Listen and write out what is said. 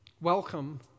Welcome